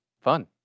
fun